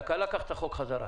תקלה, קח את החוק חזרה.